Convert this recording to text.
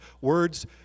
words